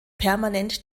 permanent